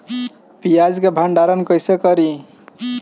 प्याज के भंडारन कईसे करी?